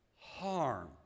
harm